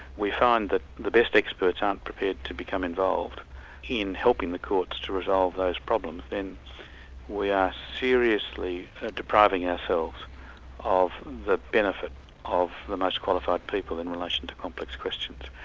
we find that the best experts aren't prepared to become involved in helping the courts to resolve those problems, then we are seriously depriving ourselves of the benefit of the most qualified people in relation to complex questions.